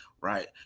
right